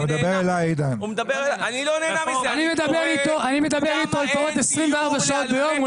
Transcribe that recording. אני מדבר איתו לפחות 24 שעות ביום,